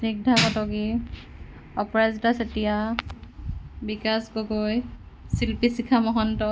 Snigdha Kotoki Aparajita Chetia Bikash Gogoi Shilpishikha Mahanta